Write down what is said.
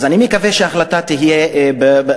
אז אני מקווה שההחלטה תתקבל במהירות,